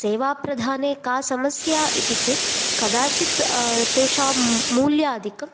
सेवाप्रधाने का समस्या इति चेत् कदाचित् तेषां मूल्यादिकम्